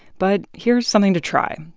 but here's something to try.